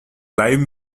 live